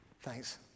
Thanks